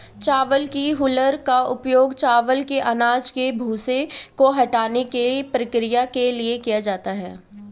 चावल की हूलर का उपयोग चावल के अनाज के भूसे को हटाने की प्रक्रिया के लिए किया जाता है